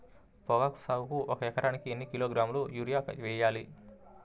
పొగాకు సాగుకు ఒక ఎకరానికి ఎన్ని కిలోగ్రాముల యూరియా వేయాలి?